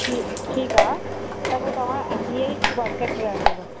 जी ठीकु आहे त पोइ तव्हां एम बी ए परफेक्ट रहंदव